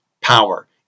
power